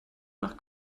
nach